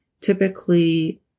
typically